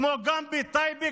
כמו גם בטייבה,